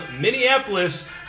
Minneapolis